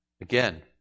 Again